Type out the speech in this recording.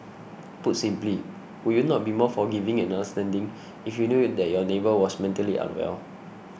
put simply would you not be more forgiving and understanding if you knew it that your neighbour was mentally unwell